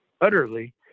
utterly